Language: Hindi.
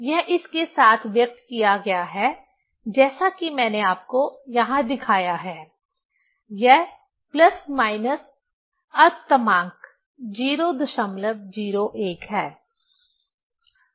यह इस के साथ व्यक्त किया गया है जैसा कि मैंने आपको यहां दिखाया है यह प्लस माइनस अल्पतमांक 001 है